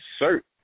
insert